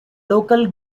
local